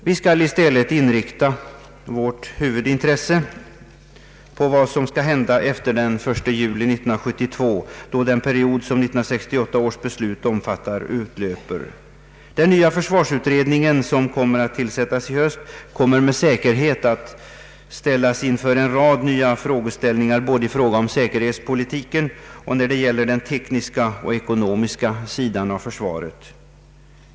Vi skall i stället inrikta vårt huvudintresse på vad som skall hända efter den 1 juli 1972, då den period som 1968 års beslut omfattar utlöper. Den nya försvarsutredning som kommer att tillsättas i höst kommer med säkerhet att ställas inför en rad nya frågeställningar både i fråga om säkerhetspolitiken och när det gäller den tekniska och ekonomiska sidan av försvaret.